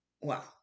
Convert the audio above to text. Wow